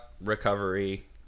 recovery